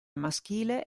maschile